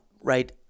right